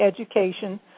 education